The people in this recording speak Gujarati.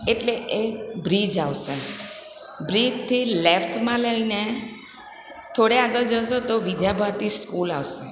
એટલે એક બ્રિજ આવશે બ્રિજથી લેફ્ટમાં લઈને થોડે આગળ જશો તો વિદ્યાભારતી સ્કૂલ આવશે